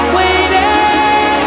waiting